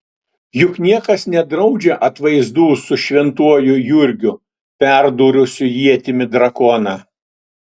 juk niekas nedraudžia atvaizdų su šventuoju jurgiu perdūrusiu ietimi drakoną